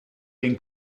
den